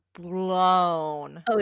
blown